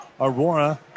Aurora